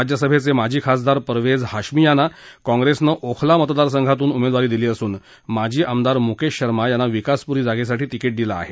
राज्यसभेचे माजी खासदार परवेझ हाशमी यांना काँग्रेसनं ओखला मतदारसंघातून उमेदवारी दिली असून माजी आमदार मुकेश शर्मा यांना विकासपूरी जागेसाठी तिकीट दिलं आहे